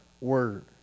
word